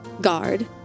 guard